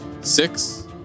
six